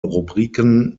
rubriken